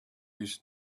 his